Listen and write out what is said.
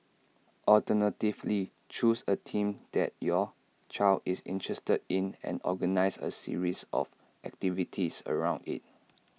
alternatively choose A team that your child is interested in and organise A series of activities around IT